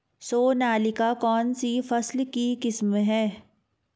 सोनालिका कौनसी फसल की किस्म है?